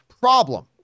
problem